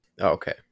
Okay